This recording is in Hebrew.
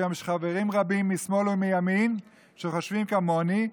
היום יש חברים רבים משמאל ומימין שחושבים כמוני,